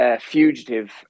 Fugitive